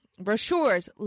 brochures